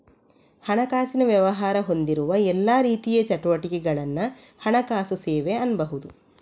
ಹಣಕಾಸಿನ ವ್ಯವಹಾರ ಹೊಂದಿರುವ ಎಲ್ಲಾ ರೀತಿಯ ಚಟುವಟಿಕೆಗಳನ್ನ ಹಣಕಾಸು ಸೇವೆ ಅನ್ಬಹುದು